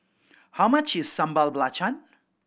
how much is Sambal Belacan